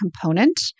component